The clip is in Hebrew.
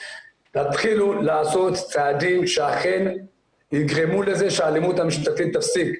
תתחילו לעשות צעדים שאכן יגרמו לזה שהאלימות המשטרתית תפסיק.